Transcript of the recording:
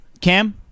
Cam